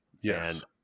Yes